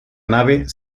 nave